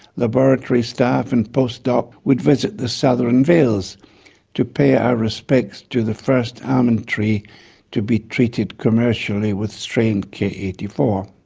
laboratory staff and postdocs would visit the southern vales to pay our respects to the first almond tree to be treated commercially with strain k eight four.